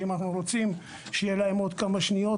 ואם אנחנו רוצים שיהיה להם עוד כמה שניות,